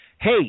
hey